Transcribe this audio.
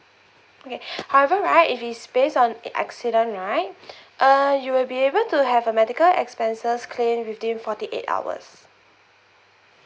okay however right if it's based on accident right uh you will be able to have your medical expenses claim within forty eight hours